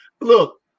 look